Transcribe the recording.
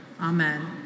Amen